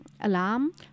alarm